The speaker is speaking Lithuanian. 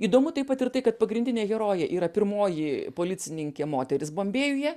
įdomu taip ir tai kad pagrindinė herojė yra pirmoji policininkė moteris bombėjuje